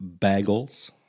bagels